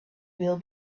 will